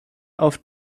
auf